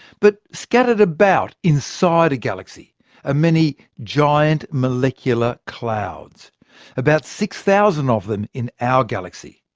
but scattered about inside a galaxy are many giant molecular clouds about six thousand of them in our galaxy.